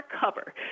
cover